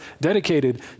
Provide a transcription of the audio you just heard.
dedicated